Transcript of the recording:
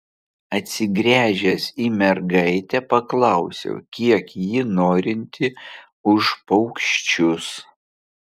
atsigręžęs į mergaitę paklausiau kiek ji norinti už paukščius